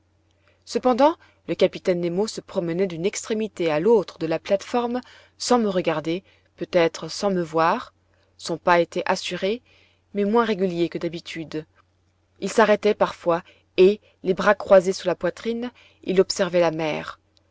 cependant le capitaine nemo se promenait d'une extrémité à l'autre de la plate-forme sans me regarder peut-être sans me voir son pas était assuré mais moins régulier que d'habitude il s'arrêtait parfois et les bras croisés sur la poitrine il observait la mer